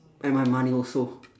and my money also